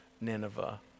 Nineveh